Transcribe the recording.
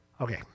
okay